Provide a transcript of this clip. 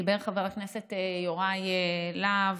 דיבר חבר הכנסת יוראי להב,